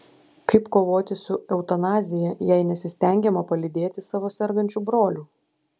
kaip kovoti su eutanazija jei nesistengiama palydėti savo sergančių brolių